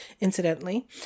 incidentally